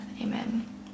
Amen